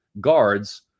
guards